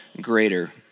greater